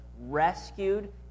rescued